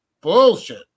bullshit